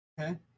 Okay